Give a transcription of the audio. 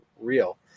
real